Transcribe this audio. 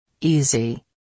Easy